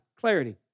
Clarity